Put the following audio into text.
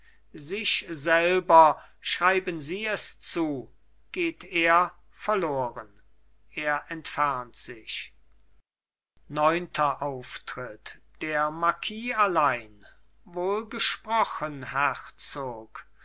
sich selber schreiben sie es zu geht er verloren er entfernt sich neunter auftritt der marquis allein wohl gesprochen herzog